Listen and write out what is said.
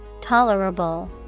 Tolerable